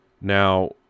Now